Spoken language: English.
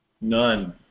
None